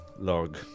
Log